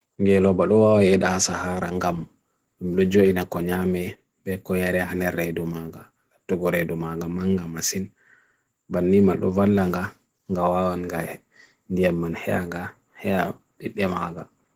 Ghe lo ba luo yedahasaharangam, buluju inakonyame be kuyare hane redumaga, tukore dumaga manga masin, bani maluvala nga, gawawan gai, nyemman heaga, hea idyema aga.